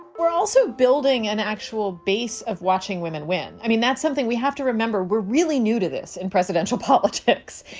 we're also building an actual base of watching women win. i mean, that's something we have to remember. we're really new to this in presidential politics.